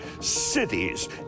cities